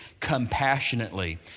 compassionately